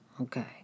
Okay